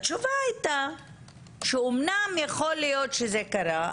התשובה הייתה שאמנם יכול להיות שזה קרה,